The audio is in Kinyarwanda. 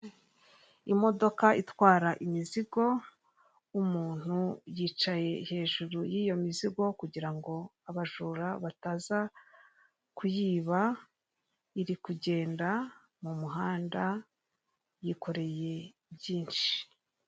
Imodoka itwara imizigo, umuntu yicaye hejuru y'iyo mizigo kugira ngo abajura bataza kuyiba, iri kugenda mu muhanda yikoreye byinshi.